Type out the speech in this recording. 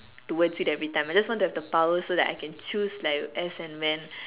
towards it every time I just want to have the power so that I can choose like as and when